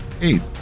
Eight